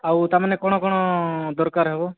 ଆଉ ତା'ମାନେ କ'ଣ କ'ଣ ଦରକାର ହେବ